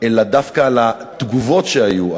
אלא דווקא על התגובות שהיו,